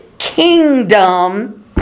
kingdom